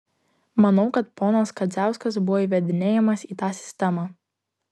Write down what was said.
manau kad ponas kadziauskas buvo įvedinėjamas į tą sistemą